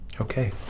Okay